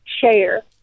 share